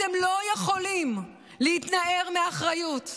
אתם לא יכולים להתנער מאחריות.